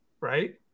right